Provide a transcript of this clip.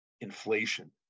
inflation